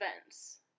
events